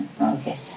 Okay